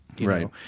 Right